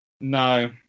No